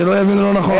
שלא יבין לא נכון.